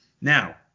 Now